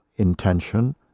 Intention